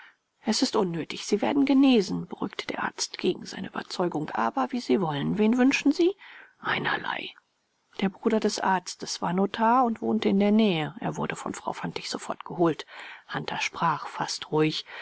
es ist unnötig sie werden genesen beruhigte der arzt gegen seine überzeugung aber wie sie wollen wen wünschen sie einerlei ein bruder des arztes war notar und wohnte in der nähe er wurde von frau fantig sofort geholt hunter sprach fast ruhig